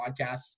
podcasts